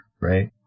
right